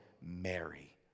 Mary